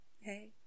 hey